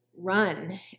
run